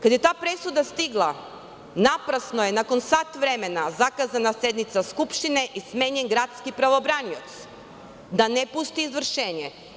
Kada je ta presuda stigla naprasno je nakon sat vremena zakazana sednica Skupštine i smenjen gradski pravobranilac da ne pusti izvršenje.